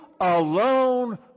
alone